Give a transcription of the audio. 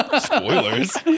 Spoilers